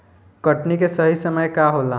कटनी के सही समय का होला?